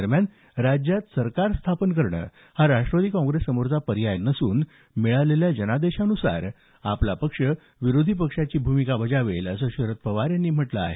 दरम्यान राज्यात सरकार स्थापन करणं हा राष्ट्रवादी काँप्रेससमोरचा पर्याय नसून मिळालेल्या जनादेशान्सार आपला पक्ष विरोधी पक्षाची भूमिका बजावेल असं शरद पवार यांनी म्हटलं आहे